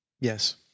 Yes